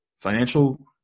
financial